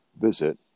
visit